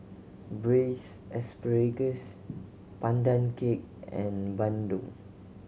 braise asparagus Pandan Cake and bandung